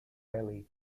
belly